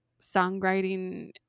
songwriting